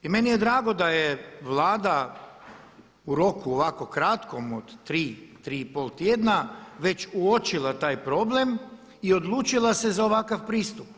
I meni je drago da je Vlada u roku ovako kratkom od tri, tri i pol tjedna već uočila taj problem i odlučila se za ovakav pristup.